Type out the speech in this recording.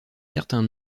certains